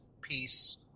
peace